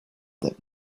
that